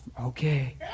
okay